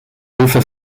hilfe